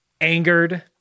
angered